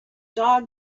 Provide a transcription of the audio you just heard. dog